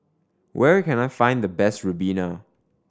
where can I find the best ribena